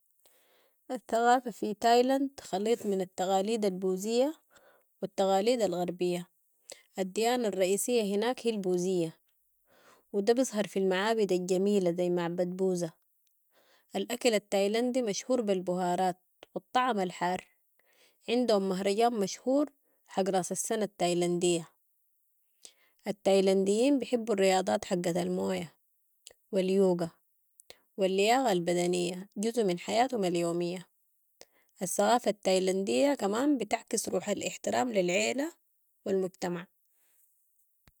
الثقافة في تايلاند خليط من التقاليد البوذية و التقاليد الغربية، الديانة الرئيسية هناك هي البوذية و ده بيظهر في المعابد الجميلة زي معبد بوذا. ال اكل التايلاندي مشهور بالبهارات و الطعم الحار عندهم مهرجان مشهور حق راس السنة التيلاندية. التايلنديين بحبوا الرياضات حقت الموية و اليوغا و اللياقة البدنية جزو من حياتهم اليومية، الثقافة التايلاندية كمان بتعكس روح الاحترام للعيلة و المجتمع.